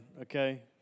okay